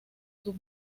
sus